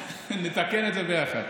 נתקן את זה ביחד.